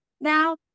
now